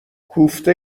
کوفته